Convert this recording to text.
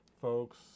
folks